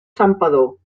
santpedor